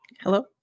hello